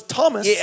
Thomas